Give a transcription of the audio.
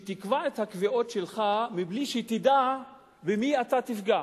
תקבע את הקביעות שלך מבלי לדעת במי תפגע.